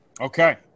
Okay